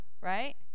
Right